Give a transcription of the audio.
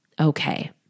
okay